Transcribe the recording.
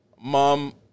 Mom